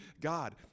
God